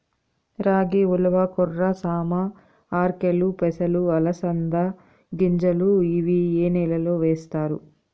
రాగి, ఉలవ, కొర్ర, సామ, ఆర్కెలు, పెసలు, అలసంద గింజలు ఇవి ఏ నెలలో వేస్తారు?